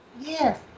yes